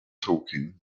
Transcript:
talking